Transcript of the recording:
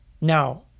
Now